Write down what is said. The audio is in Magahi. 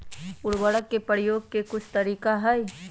उरवरक के परयोग के कुछ तरीका हई